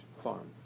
farm